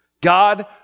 God